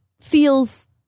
feels